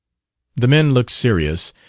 the men looked serious,